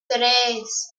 tres